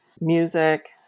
music